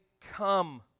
come